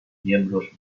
miembros